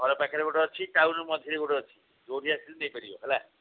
ଘର ପାଖରେ ଗୋଟେ ଅଛି ଟାଉନ୍ ମଝିରେ ଗୋଟେ ଅଛି ଯୋଉଠିକି ଆସିଲେ ନେଇପାରିବେ ହେଲା